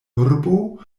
urbo